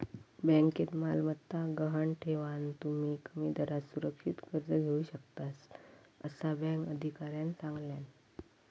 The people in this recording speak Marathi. बँकेत मालमत्ता गहाण ठेवान, तुम्ही कमी दरात सुरक्षित कर्ज घेऊ शकतास, असा बँक अधिकाऱ्यानं सांगल्यान